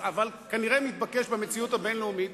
אבל כנראה מתבקש במציאות הבין-לאומית,